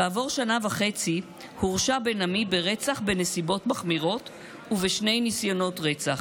כעבור שנה וחצי הורשע בן עמי ברצח בנסיבות מחמירות ובשני ניסיונות רצח.